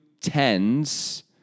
tens